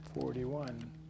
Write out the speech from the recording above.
Forty-one